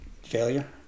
failure